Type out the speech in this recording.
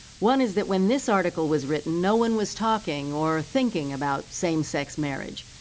one is that when this article was written, no one was talking or thinking about same-sex marriage.